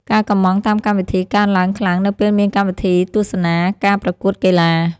ការកុម្ម៉ង់តាមកម្មវិធី កើនឡើងខ្លាំងនៅពេលមានកម្មវិធីទស្សនាការប្រកួតកីឡា។